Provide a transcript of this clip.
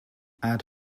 add